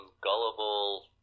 gullible